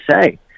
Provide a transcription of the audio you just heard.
say